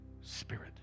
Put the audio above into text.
spirit